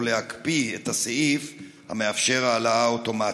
להקפיא את הסעיף המאפשר העלאה אוטומטית?